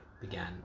began